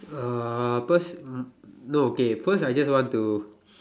uh first no okay first I just want to